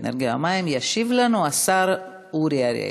האנרגיה והמים השר אורי אריאל.